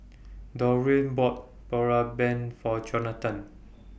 Dorene bought Boribap For Jonathon